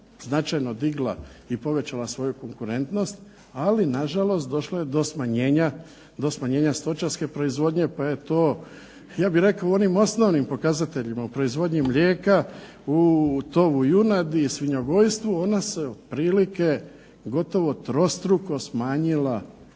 značajno digla i povećala svoju konkurentnost, ali na žalost došlo je do smanjenja stočarske proizvodnje pa je to ja bih rekao u onim osnovnim pokazateljima u proizvodnji mlijeka, u tovu junadi i svinjogojstvu ona se otprilike gotovo trostruko smanjila